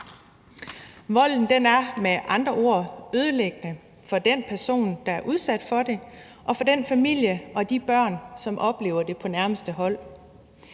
Volden er med andre ord ødelæggende for den person, der er udsat for det, og for den familie og de børn, som oplever det på nærmeste hold.